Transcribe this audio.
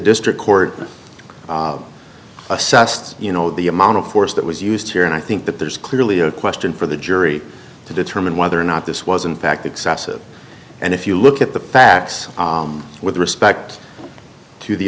district court assessed you know the amount of force that was used here and i think that there's clearly a question for the jury to determine whether or not this was in fact excessive and if you look at the facts with respect to the